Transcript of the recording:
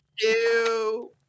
Ew